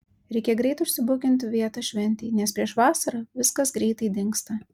reikia greit užsibukint vietą šventei nes prieš vasarą viskas greitai dingsta